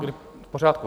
V pořádku.